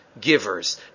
givers